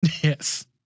Yes